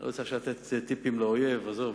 אני לא רוצה עכשיו לתת טיפים לאויב, עזוב,